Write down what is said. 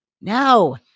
No